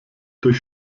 durch